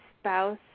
spouse